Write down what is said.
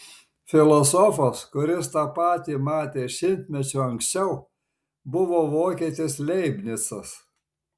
filosofas kuris tą patį matė šimtmečiu anksčiau buvo vokietis leibnicas